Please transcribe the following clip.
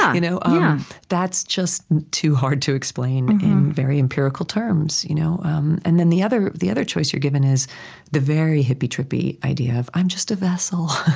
you know um that's just too hard to explain in very empirical terms. you know um and then the other the other choice you're given is the very hippie-trippy idea of i'm just a vessel.